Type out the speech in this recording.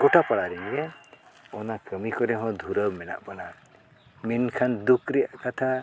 ᱜᱚᱴᱟ ᱯᱟᱲᱟ ᱨᱮᱜᱮ ᱚᱱᱟ ᱠᱟᱹᱢᱤ ᱠᱚᱨᱮ ᱦᱚᱸ ᱫᱷᱩᱨᱟᱹᱣ ᱢᱮᱱᱟᱜ ᱵᱚᱱᱟ ᱢᱮᱱᱠᱷᱟᱱ ᱫᱩᱠ ᱨᱮᱭᱟᱜ ᱠᱟᱛᱷᱟ